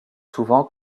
souvent